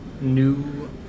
new